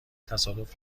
تصادف